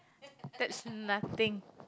that's nothing